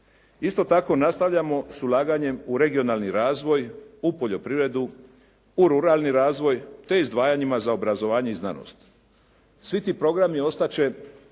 Isto tako nastavljamo s ulaganjem u regionalni razvoj u poljoprivredu, u ruralni razvoj, te izdvajanjima za obrazovanje i znanost. Svi ti programi ostat